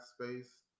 space